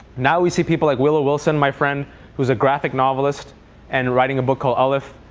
now we see people like willow wilson, my friend who's a graphic novelist and writing a book called alif.